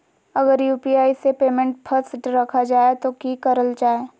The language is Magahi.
अगर यू.पी.आई से पेमेंट फस रखा जाए तो की करल जाए?